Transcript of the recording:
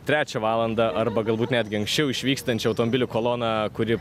trečią valandą arba galbūt netgi anksčiau išvykstančių automobilių koloną kuri